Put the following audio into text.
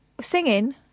singing